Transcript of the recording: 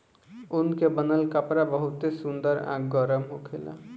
ऊन के बनल कपड़ा बहुते सुंदर आ गरम होखेला